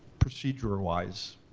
procedure wise,